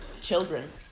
children